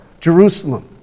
Jerusalem